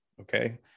Okay